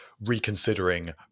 reconsidering